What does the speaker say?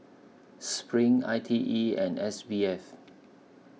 SPRING I T E and S B F